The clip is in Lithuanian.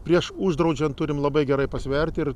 prieš uždraudžiant turim labai gerai pasverti ir